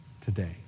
today